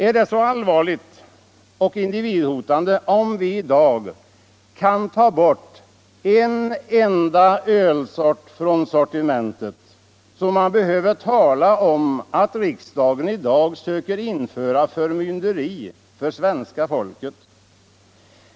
Är det så allvarligt och individhotande om vi i dag tar bort en enda ölkategori från sortimentet, att man behöver tala om att riksdagen i dag söker införa förmynderskap för svenska folket?